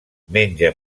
menja